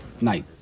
night